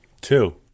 Two